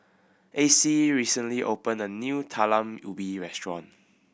Acey recently opened a new Talam Ubi restaurant